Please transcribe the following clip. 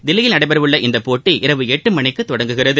தில்லியில் நடைபெறவுள்ள இப்போட்டி இரவு எட்டு மணிக்கு தொடங்குகிறது